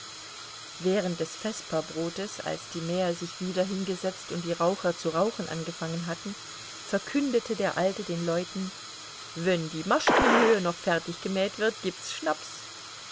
während des vesperbrotes als die mäher sich wieder hingesetzt und die raucher zu rauchen angefangen hatten verkündete der alte den leuten wenn die maschkin höhe noch fertiggemäht wird gibt's schnaps